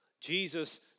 Jesus